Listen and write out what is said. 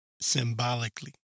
symbolically